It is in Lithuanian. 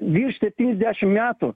virš setyniasdešim metų